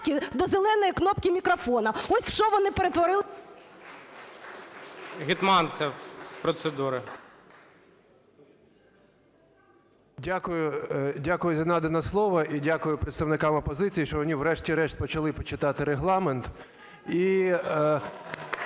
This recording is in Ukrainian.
Дякую з надане слово і дякую представникам опозиції, що вони, врешті-решт, почали почитати Регламент